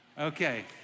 Okay